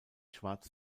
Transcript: schwarz